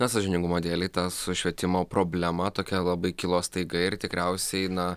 na sąžiningumo dėlei ta su švietimo problema tokia labai kilo staiga ir tikriausiai na